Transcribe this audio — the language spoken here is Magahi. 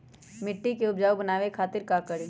मिट्टी के उपजाऊ बनावे खातिर का करी?